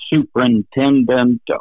superintendent